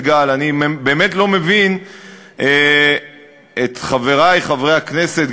גל אני באמת לא מבין את חברי חברי הכנסת,